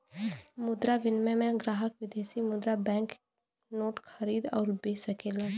मुद्रा विनिमय में ग्राहक विदेशी मुद्रा बैंक नोट खरीद आउर बे सकलन